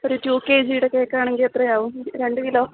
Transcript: ഒരു two K ജിയുടെ കേക്കാണെങ്കിൽ എത്രയാവും രണ്ട് കിലോ